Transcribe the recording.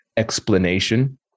explanation